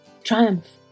Triumph